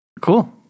Cool